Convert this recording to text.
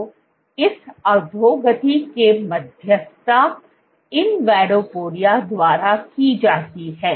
तो इस अधोगति की मध्यस्थता invadopodia द्वारा की जाती है